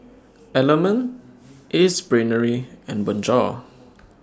Element Ace Brainery and Bonjour